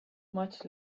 much